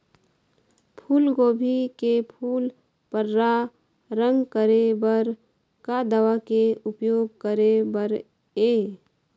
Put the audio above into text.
फूलगोभी के फूल पर्रा रंग करे बर का दवा के उपयोग करे बर ये?